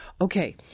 Okay